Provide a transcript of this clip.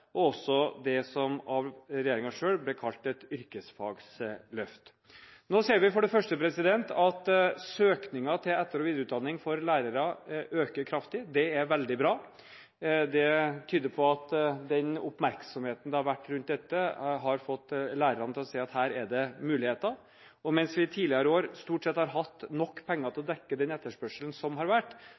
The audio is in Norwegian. og til det som av regjeringen selv ble kalt et yrkesfagløft. Nå ser vi for det første at søkningen til etter- og videreutdanning for lærere øker kraftig. Det er veldig bra. Det tyder på at oppmerksomheten rundt dette har fått lærerne til å se at her er det muligheter. Mens vi i tidligere år stort sett har hatt nok penger til å dekke etterspørselen, ser vi nå at vi slipper å diskutere hva som